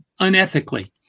unethically